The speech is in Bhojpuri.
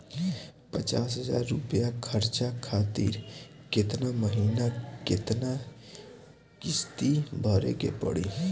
पचास हज़ार रुपया कर्जा खातिर केतना महीना केतना किश्ती भरे के पड़ी?